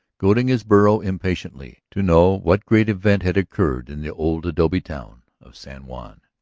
goading his burro impatiently, to know what great event had occurred in the old adobe town of san juan.